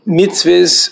mitzvahs